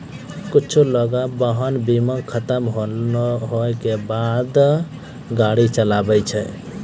कुछु लोगें वाहन बीमा खतम होय के बादो गाड़ी चलाबै छै